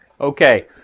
Okay